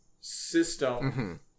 system